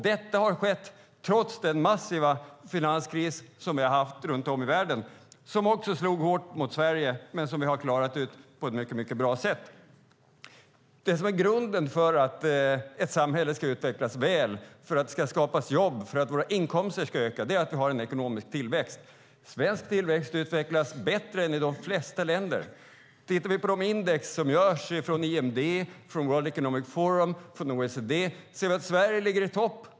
Detta har skett trots den massiva finanskris som vi haft runt om i världen och som också slagit hårt mot Sverige, men som vi klarat ut på ett mycket bra sätt. Det som är grunden för att ett samhälle ska utvecklas väl, för att det ska skapas jobb och för att våra inkomster ska öka är att vi har ekonomisk tillväxt. Svensk tillväxt utvecklas bättre än de flesta länders. Tittar vi på de index som görs av IMD, World Economic Forum och OECD ser vi att Sverige ligger i topp.